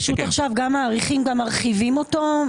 פשוט עכשיו גם מרחיבים אותו.